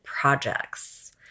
projects